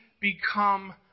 become